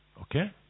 Okay